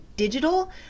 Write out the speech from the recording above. Digital